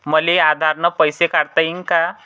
मले आधार न पैसे काढता येईन का?